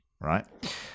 right